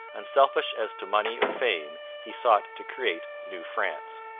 unselfish as to money or fame, he sought to create new france.